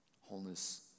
wholeness